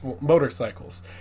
motorcycles